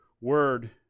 word